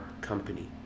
company